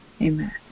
Amen